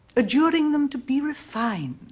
adjuring them to be refined,